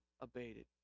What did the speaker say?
abated